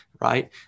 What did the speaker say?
right